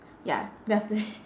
ya then after that